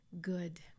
good